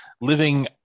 living